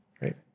right